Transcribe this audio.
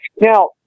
Now